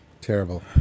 Terrible